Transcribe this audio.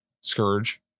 scourge